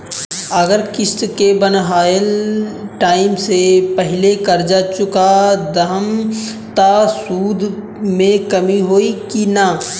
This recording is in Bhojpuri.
अगर किश्त के बनहाएल टाइम से पहिले कर्जा चुका दहम त सूद मे कमी होई की ना?